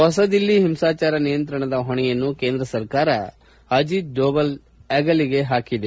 ಹೊಸದಿಲ್ಲಿ ಹಿಂಸಾಚಾರ ನಿಯಂತ್ರಣದ ಹೊಣೆಯನ್ನು ಕೇಂದ್ರ ಸರಕಾರ ಈಗ ಅಜಿತ್ ದೋವಲ್ ಹೆಗಲಿಗೆ ಹಾಕಿದೆ